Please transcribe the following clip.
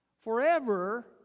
Forever